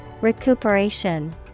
Recuperation